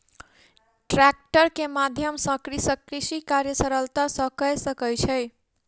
tractor के माध्यम सॅ कृषक कृषि कार्य सरलता सॅ कय सकै छै